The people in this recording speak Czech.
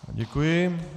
Děkuji.